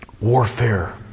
warfare